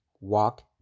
Walk